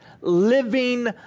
living